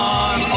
on